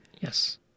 Yes